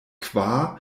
kvar